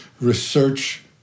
research